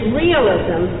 realism